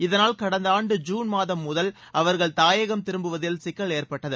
இதனால் கடந்த ஆண்டு ஜுன் மாதம் முதல் அவர்கள் தாயகம் திரும்புவதில் சிக்கல் ஏற்பட்டது